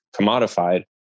commodified